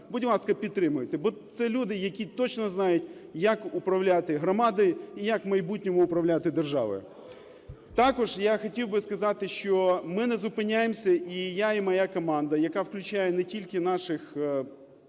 будь ласка, підтримайте, бо це люди, які точно знають як управляти громадою і як в майбутньому управляти державою. Також я хотів би сказати, що ми не зупиняємося, я і моя команда, яка включає не тільки наших